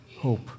hope